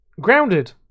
Grounded